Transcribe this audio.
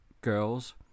girls